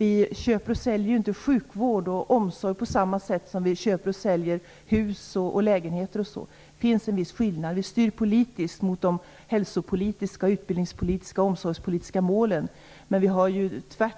Vi köper och säljer inte sjukvård och omsorg på samma sätt som vi köper och säljer hus och lägenheter. Det finns en viss skillnad. Vi styr verksamheten politiskt mot de hälsopolitiska, utbildningspolitiska och omsorgspolitiska målen. Vi har